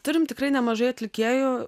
turim tikrai nemažai atlikėjų